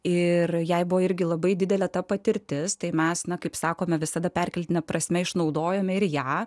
ir jai buvo irgi labai didelė ta patirtis tai mes na kaip sakoma visada perkeltine prasme išnaudojome ir ją